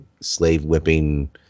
slave-whipping